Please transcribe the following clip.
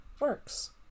works